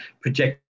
project